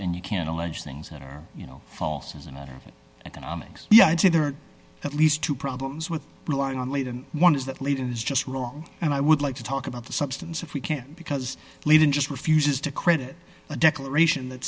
and you can allege things that are you know false and economics yeah i'd say there are at least two problems with relying on late and one is that late is just wrong and i would like to talk about the substance of we can't because leaving just refuses to credit a declaration that